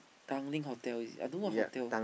Tanglin hotel is it I don't know what hotel